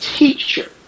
teacher